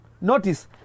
Notice